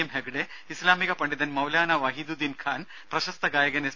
M Hegde ഇസ്ലാമിക പണ്ഡിതൻ മൌലാന വഹീദുദീൻ ഖാൻ പ്രശസ്ത ഗായകൻ എസ്